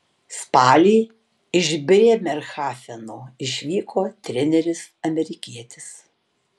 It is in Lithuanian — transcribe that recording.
spalį iš brėmerhafeno išvyko treneris amerikietis